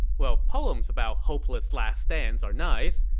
well, poems about hopeless last stands are nice,